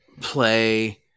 play